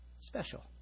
special